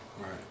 right